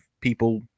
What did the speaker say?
people